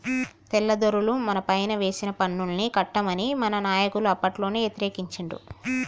తెల్లదొరలు మనపైన వేసిన పన్నుల్ని కట్టమని మన నాయకులు అప్పట్లోనే యతిరేకించిండ్రు